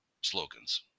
slogans